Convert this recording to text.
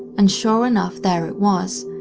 and sure enough there it was,